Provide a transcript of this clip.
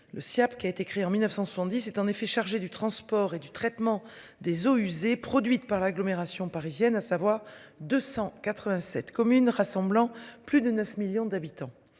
Le Siaap, qui a été créé en 1970 est en effet chargé du transport et du traitement des eaux usées produites par l'agglomération parisienne, à savoir 287 communes rassemblant plus de 9 millions d'habitants.